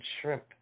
shrimp